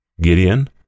Gideon